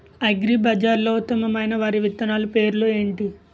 అగ్రిబజార్లో ఉత్తమమైన వరి విత్తనాలు పేర్లు ఏంటి?